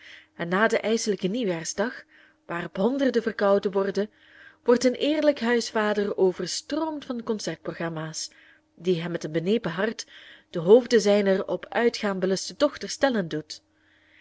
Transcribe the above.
en na den ijslijken nieuwjaarsdag waarop honderden verkouden worden wordt een eerlijk huisvader overstroomd van concertprogramma's die hem met een benepen hart de hoofden zijner op uitgaan beluste dochters tellen doen